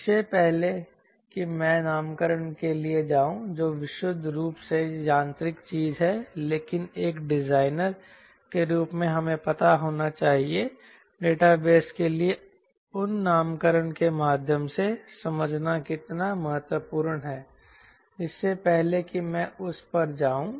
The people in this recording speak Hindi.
इससे पहले कि मैं नामकरण के लिए जाऊं जो विशुद्ध रूप से यांत्रिक चीज है लेकिन एक डिजाइनर के रूप में हमें पता होना चाहिए डेटाबेस के लिए उन नामकरण के माध्यम से समझना कितना महत्वपूर्ण है इससे पहले कि मैं उस पर जाऊं